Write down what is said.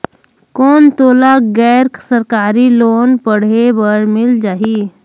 कौन मोला गैर सरकारी लोन पढ़े बर मिल जाहि?